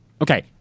Okay